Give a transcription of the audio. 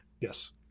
Yes